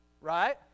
right